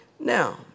Now